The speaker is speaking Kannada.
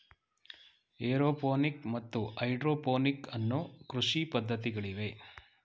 ಏರೋಪೋನಿಕ್ ಮತ್ತು ಹೈಡ್ರೋಪೋನಿಕ್ ಅನ್ನೂ ಕೃಷಿ ಪದ್ಧತಿಗಳಿವೆ